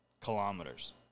kilometers